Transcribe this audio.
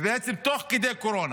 בעצם תוך כדי קורונה,